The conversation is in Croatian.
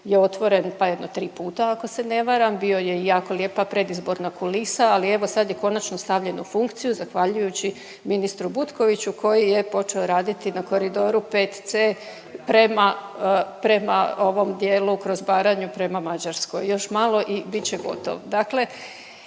je otvoren pa jedno tri puta ako se ne varam bio je jako lijepa predizborna kulisa, ali evo sad je konačno stavljen u funkciju zahvaljujući ministru Butkoviću koji je počeo raditi na koridoru 5C prema, prema ovom dijelu kroz Baranju prema Mađarskoj. Još malo i bit će gotov. Dakle,